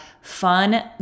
fun